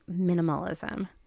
minimalism